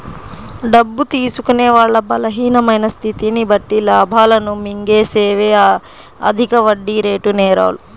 డబ్బు తీసుకునే వాళ్ళ బలహీనమైన స్థితిని బట్టి లాభాలను మింగేసేవే అధిక వడ్డీరేటు నేరాలు